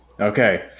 Okay